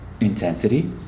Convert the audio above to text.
intensity